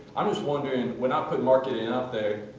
i'm just wondering when i put marketing out there,